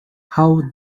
how